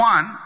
One